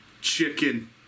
Chicken